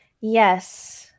yes